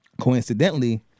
coincidentally